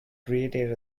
created